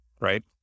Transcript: right